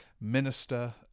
minister